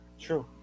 true